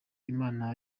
imana